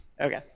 Okay